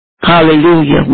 hallelujah